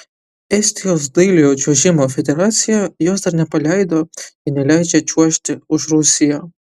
estijos dailiojo čiuožimo federacija jos dar nepaleido ir neleidžia čiuožti už rusiją